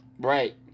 Right